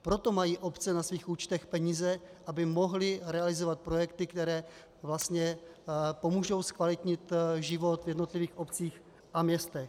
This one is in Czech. Proto mají obce na svých účtech peníze, aby mohly realizovat projekty, které pomohou zkvalitnit život v jednotlivých obcích a městech.